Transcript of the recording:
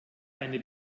eine